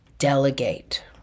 delegate